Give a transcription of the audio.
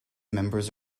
members